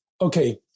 Okay